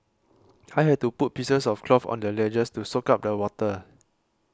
I had to put pieces of cloth on the ledges to soak up the water